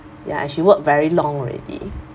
ya and she work very long already